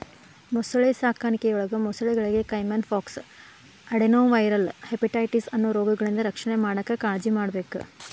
ಮೊಸಳೆ ಸಾಕಾಣಿಕೆಯೊಳಗ ಮೊಸಳೆಗಳಿಗೆ ಕೈಮನ್ ಪಾಕ್ಸ್, ಅಡೆನೊವೈರಲ್ ಹೆಪಟೈಟಿಸ್ ಅನ್ನೋ ರೋಗಗಳಿಂದ ರಕ್ಷಣೆ ಮಾಡಾಕ್ ಕಾಳಜಿಮಾಡ್ಬೇಕ್